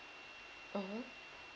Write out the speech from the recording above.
mmhmm